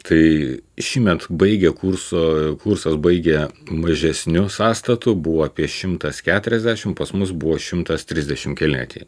tai šįmet baigė kurso kursas baigė mažesniu sąstatu buvo apie šimtas keturiasdešimt pas mus buvo šimtas trisdešimt keli neatėjo